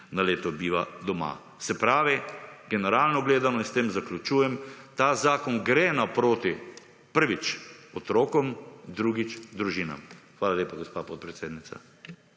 na leto biva doma. Se pravi generalno gledano – in s tem zaključujem – ta zakon gre naproti prvič otrokom, drugič družinam. Hvala lepa, gospa podpredsednica.